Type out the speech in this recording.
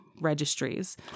registries